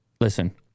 listen